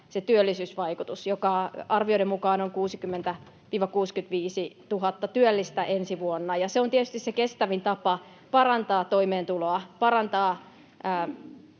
sitä työllisyysvaikutusta, joka arvioiden mukaan on 60 000—65 000 työllistä ensi vuonna. Se on tietysti se kestävin tapa parantaa toimeentuloa, parantaa